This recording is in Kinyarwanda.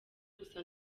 gusa